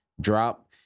drop